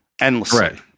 endlessly